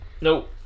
nope